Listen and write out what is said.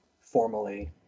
formally